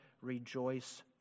rejoice